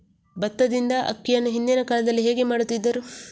ಭತ್ತದಿಂದ ಅಕ್ಕಿಯನ್ನು ಹಿಂದಿನ ಕಾಲದಲ್ಲಿ ಹೇಗೆ ಮಾಡುತಿದ್ದರು?